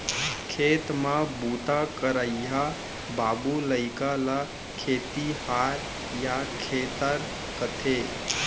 खेत म बूता करइया बाबू लइका ल खेतिहार या खेतर कथें